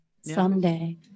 someday